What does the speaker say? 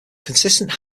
consistent